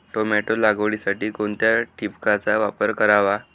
Tomato लागवडीसाठी कोणत्या ठिबकचा वापर करावा?